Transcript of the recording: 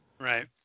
Right